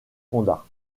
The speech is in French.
fonda